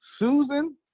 Susan